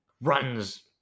runs